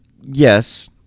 Yes